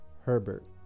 Herbert